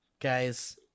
Guys